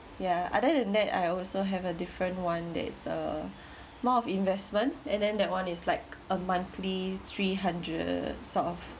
ya other than that I also have a different one that is uh more of investment and then that one is like a monthly three hundred sort of